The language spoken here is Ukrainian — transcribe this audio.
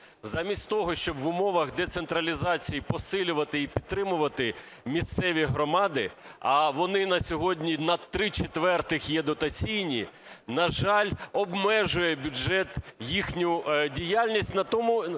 Замість того, щоб в умовах децентралізації посилювати і підтримувати місцеві громади, а вони на сьогодні на три четвертих є дотаційні, на жаль, обмежує бюджет їхню діяльність, натомість